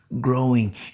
growing